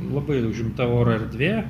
labai užimta oro erdvė